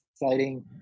exciting